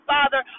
Father